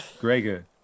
Gregor